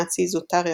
נאצי זוטר יחסית,